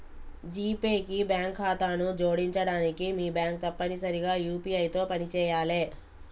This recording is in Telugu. జీపే కి బ్యాంక్ ఖాతాను జోడించడానికి మీ బ్యాంక్ తప్పనిసరిగా యూ.పీ.ఐ తో పనిచేయాలే